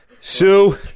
Sue